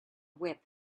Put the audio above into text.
whip